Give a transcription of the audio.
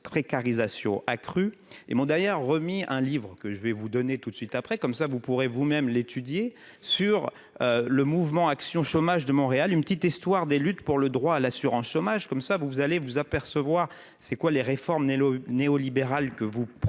précarisation accrue et mon d'ailleurs remis un livre que je vais vous donner tout de suite après, comme ça vous pourrez vous même l'étudier sur le Mouvement action chômage de Montréal, une petite histoire des luttes pour le droit à l'assurance chômage, comme ça, vous allez vous apercevoir, c'est quoi les réformes Nello néo-libérale que vous promeuvent